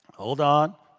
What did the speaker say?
hold on.